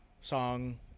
song